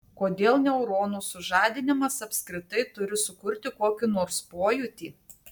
kodėl neuronų sužadinimas apskritai turi sukurti kokį nors pojūtį